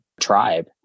tribe